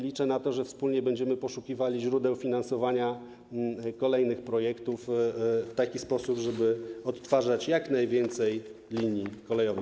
Liczę na to, że wspólnie będziemy poszukiwali źródeł finansowania kolejnych projektów w taki sposób, żeby odtwarzać jak najwięcej linii kolejowych.